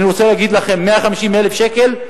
אני רוצה להגיד לכם, 150,000 שקל,